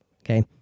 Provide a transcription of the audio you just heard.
Okay